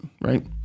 right